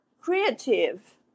creative